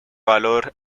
valor